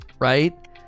right